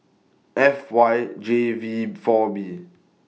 F Y J V four B